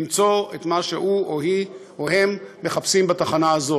למצוא את מה שהוא או היא או הם מחפשים בתחנה הזאת.